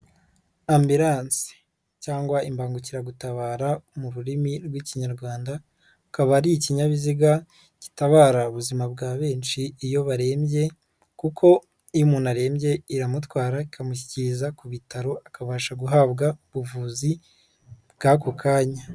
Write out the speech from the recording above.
amburance cyangwa imbangukiragutabara mu rurimi rw'Ikinyarwanda, akaba ari ikinyabiziga gitabara ubuzima bwa benshi, iyo barembye kuko iyo umuntu arembye iramutwara ikamushyikiriza ku bitaro akabasha guhabwa ubuvuzi bw'ako kanya.